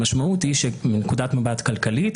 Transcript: המשמעות היא שמנקודת מבט כלכלית,